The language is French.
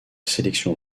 sélection